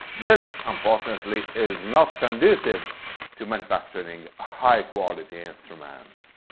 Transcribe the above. this unfortunately is not conducive to manufacturing high quality instruments.